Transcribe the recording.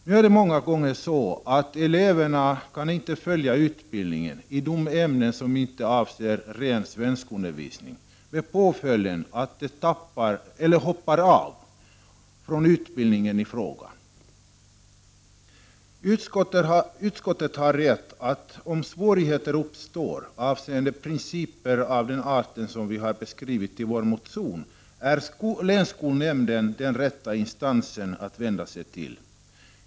Nu kan eleverna många gånger inte följa utbildningen i de ämnen som inte avser ren svenskundervisning, med påföljd att de hoppar av från utbildningen i fråga. Det är riktigt som utskottet konstaterar att länsskolnämnden är den rätta instansen att vända sig till om svårigheter uppstår avseende principer av den art som vi har beskrivit i vår motion.